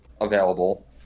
available